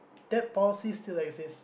that policy still exists